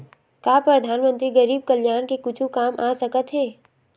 का परधानमंतरी गरीब कल्याण के कुछु काम आ सकत हे